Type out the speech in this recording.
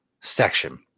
section